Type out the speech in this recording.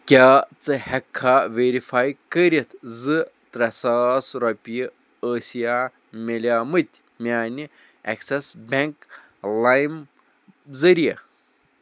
کیٛاہ ژٕ ہٮ۪کھا ویرِفاے کٔرِتھ زِ ترےٚ ساس رۄپیہِ ٲسیا مِلے مٕتۍ میانہِ ایٚکسِس بیٚنٛک لایِم ذٔریعہٕ